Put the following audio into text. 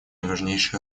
важнейшей